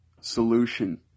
solution